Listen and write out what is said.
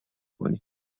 کنی